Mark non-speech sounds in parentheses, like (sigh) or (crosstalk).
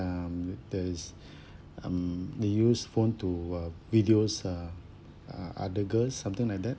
um there is (breath) um they use phone to uh videos uh uh other girls something like that